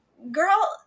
girl